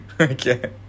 Okay